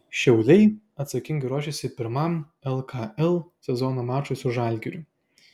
šiauliai atsakingai ruošiasi pirmam lkl sezono mačui su žalgiriu